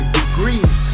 degrees